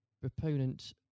proponent